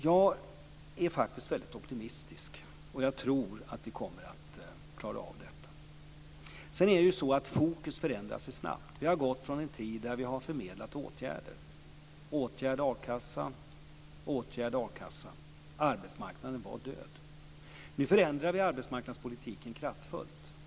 Jag är faktiskt väldigt optimistisk, och jag tror att vi kommer att klara av detta. Sedan förändras ju fokus snabbt. Vi har gått från en tid då vi har förmedlat åtgärder: åtgärd-a-kassa, åtgärd-a-kassa. Arbetsmarknaden var död. Nu förändrar vi arbetsmarknadspolitiken kraftfullt.